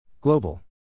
Global